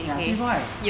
you got see right